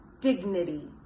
dignity